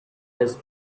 has